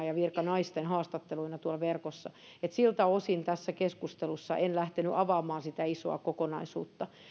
ja virkanaisten haastatteluja verkossa siltä osin tässä keskustelussa en lähtenyt avaamaan sitä isoa kokonaisuutta